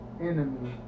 enemy